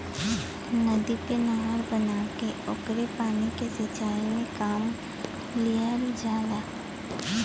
नदी पे नहर बना के ओकरे पानी के सिंचाई में काम लिहल जाला